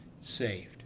saved